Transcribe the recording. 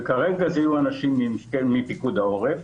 וכרגע הם יהיו אנשים מפיקוד העורף.